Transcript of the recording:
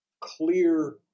clear